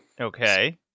Okay